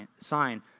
sign